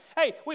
Hey